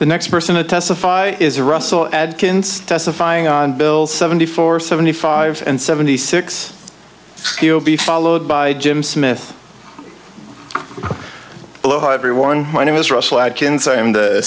the next person to testify is russell adkins testifying on bills seventy four seventy five and seventy six he'll be followed by jim smith everyone my name is